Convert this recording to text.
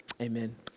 Amen